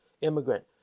immigrant